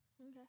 Okay